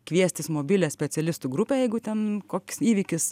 kviestis mobilią specialistų grupę jeigu ten koks įvykis